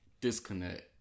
disconnect